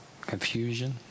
confusion